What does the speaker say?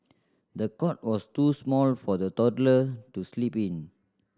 the cot was too small for the toddler to sleep in